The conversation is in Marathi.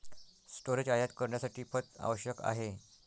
स्टोरेज आयात करण्यासाठी पथ आवश्यक आहे